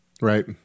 Right